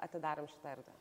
atidarėm šitą erdvę